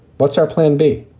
what's our plan b?